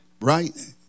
Right